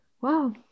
Wow